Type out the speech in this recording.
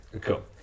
Cool